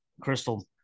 Crystal